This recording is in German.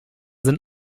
sind